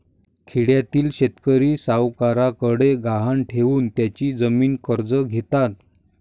खेड्यातील शेतकरी सावकारांकडे गहाण ठेवून त्यांची जमीन कर्ज घेतात